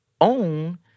own